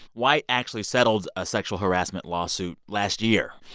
white actually settled a sexual harassment lawsuit last year.